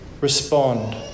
respond